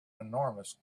enormous